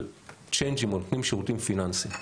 צ'יינג'ים או נותנים שירותים פיננסיים,